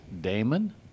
Damon